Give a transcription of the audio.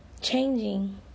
changing